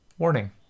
Warning